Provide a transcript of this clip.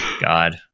god